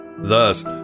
Thus